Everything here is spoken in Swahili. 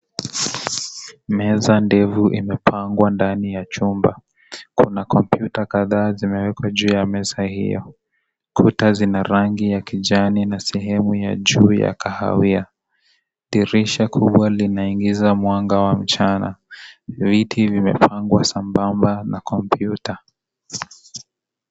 Meza ndefu imepangwa ndani ya chumba. Kuna kompyuta kadhaa zimewekwa juu ya meza hiyo. Kuta zina rangi ya kijani na sehemu ya juu ya kahawia. Dirisha kubwa linaingiza mwanga wa mchana. Viti vimepangwa sambamba na kompyuta.